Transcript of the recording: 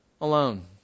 Alone